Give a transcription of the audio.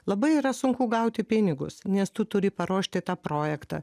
labai yra sunku gauti pinigus nes tu turi paruošti tą projektą